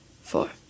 four